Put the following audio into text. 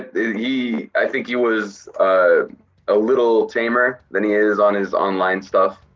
it, he, i think he was a little tamer than he is on his online stuff.